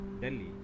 Delhi